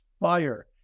fire